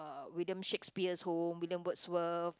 uh William-Shakespeare's home William-Wordsworth